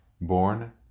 Born